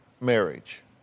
marriage